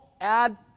add